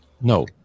no